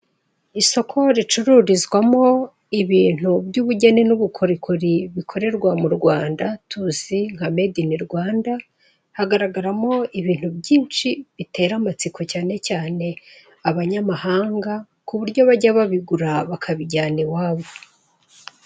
Isoko ricururizwamo ibintu by'ubugeni n'ubukorikori bikorerwa mu Rwanda tuzi nka ''made ini Rwanda'' hagaragaramo ibintu byinshi bitera amatsiko cyane cyane abanyamahanga ku buryo bajya babigura bakabijyana iwabo.